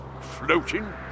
floating